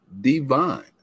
divine